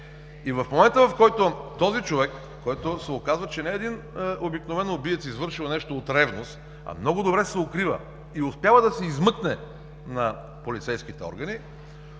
И в момента, в който този човек, който се оказва, че не е един обикновен убиец, извършил нещо от ревност, а много добре се укрива и успява да се измъкне на полицейските органи,